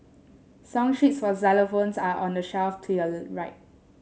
song sheets for xylophones are on the shelf to your right